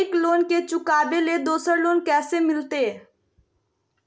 एक लोन के चुकाबे ले दोसर लोन कैसे मिलते?